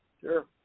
Sure